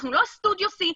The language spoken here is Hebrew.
אנחנו לא סטודיו C,